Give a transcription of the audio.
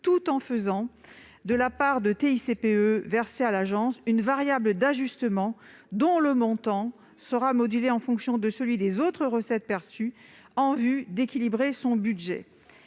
tout en faisant de la part de TICPE versée à l'Afitf une variable d'ajustement, dont le montant sera modulé en fonction de celui des autres recettes perçues, en vue d'équilibrer le budget